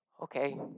okay